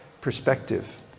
perspective